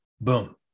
Boom